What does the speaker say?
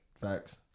Facts